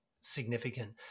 significant